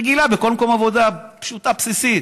רגילה בכל מקום עבודה, פשוטה, בסיסית.